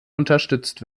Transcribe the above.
unterstützt